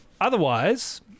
otherwise